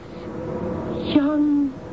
young